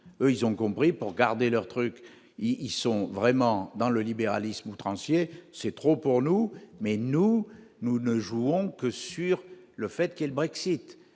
cour, ils ont compris pour garder leur truc, ils sont vraiment dans le libéralisme outrancier, c'est trop pour nous mais nous nous ne jouant que sur le fait qu'elle Brexit